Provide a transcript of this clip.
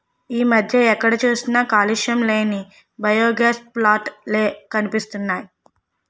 ఈ మధ్య ఎక్కడ చూసినా కాలుష్యం లేని బయోగాస్ ప్లాంట్ లే కనిపిస్తున్నాయ్